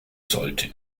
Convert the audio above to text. sollte